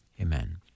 Amen